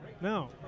No